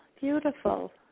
Beautiful